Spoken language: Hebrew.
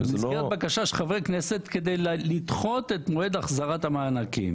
במסגרת בקשה של חברי כנסת כדי לדחות את מועד החזרת המענקים